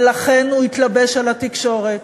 ולכן הוא התלבש על התקשורת,